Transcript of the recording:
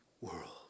world